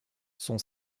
son